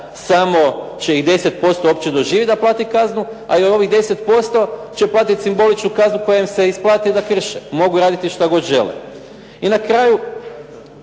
samo će ih 10% uopće doživjeti da plati kaznu, a i od ovih 10% će platiti simboličnu kaznu koja im se isplati da krše. Mogu raditi što god žele. I na kraju,